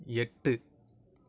எட்டு